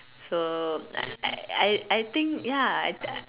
so I I I I think ya I think I